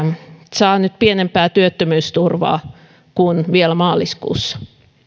saa nyt pienempää työttömyysturvaa kuin vielä maaliskuussa